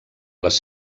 les